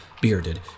bearded